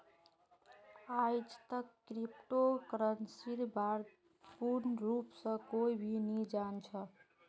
आईजतक क्रिप्टो करन्सीर बा र पूर्ण रूप स कोई भी नी जान छ